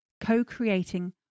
co-creating